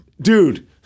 Dude